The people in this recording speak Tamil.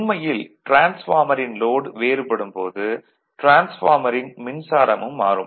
உண்மையில் டிரான்ஸ்பார்மரின் லோட் வேறுபடும் போது டிரான்ஸ்பார்மரின் மின்சாரமும் மாறும்